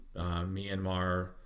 myanmar